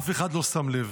אף אחד לא שם לב.